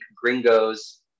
gringos